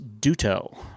Duto